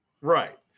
Right